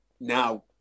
Now